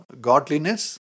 godliness